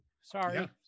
Sorry